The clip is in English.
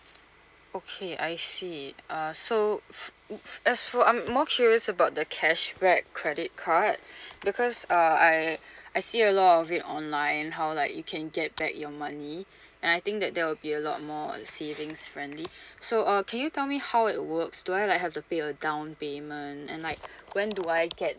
okay I see uh so f~ f~ as for I'm more curious about the cashback credit card because uh I I see a lot of it online how like you can get back your money and I think that that will be a lot more savings friendly so uh can you tell me how it works do I like have to pay a down payment and like when do I get